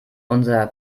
unser